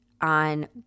on